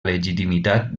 legitimitat